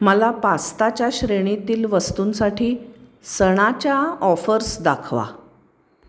मला पास्ताच्या श्रेणीतील वस्तूंसाठी सणाच्या ऑफर्स दाखवा